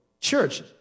church